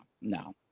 No